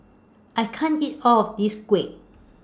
I can't eat All of This Kuih